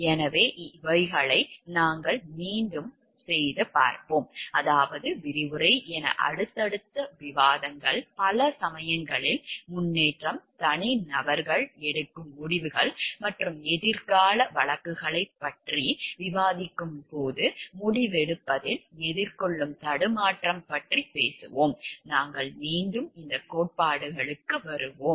எனவே இவைகளை நாங்கள் மீண்டும் வருவோம் அதாவது விரிவுரை என அடுத்தடுத்த விவாதங்கள் பல சமயங்களில் முன்னேற்றம் தனிநபர்கள் எடுக்கும் முடிவுகள் மற்றும் எதிர்கால வழக்குகளைப் பற்றி விவாதிக்கும்போது முடிவெடுப்பதில் எதிர்கொள்ளும் தடுமாற்றம் பற்றி பேசுவோம் நாங்கள் மீண்டும் இந்த கோட்பாடுகளுக்கு வருவோம்